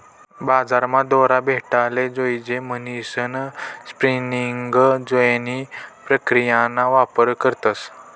बजारमा दोरा भेटाले जोयजे म्हणीसन स्पिनिंग जेनी प्रक्रियाना वापर करतस